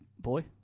boy